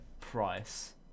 price